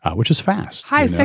which is fast, high.